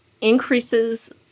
increases